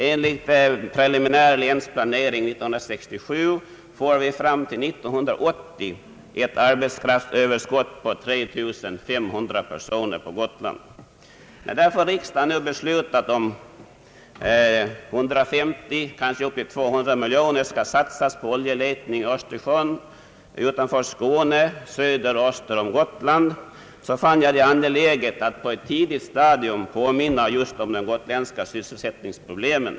Enligt Preliminär länsplanering 1967 får vi fram till 1980 ett arbetskraftsöverskott på 3500 personer på Gotland. När därför riksdagen nu beslutat att 150—200 miljoner skall satsas på oljeletning i Östersjön utanför Skåne samt söder och öster om Gotland fann jag det angeläget att på ett tidigt stadium påminna om de gotländska sysselsättningsproblemen.